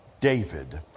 David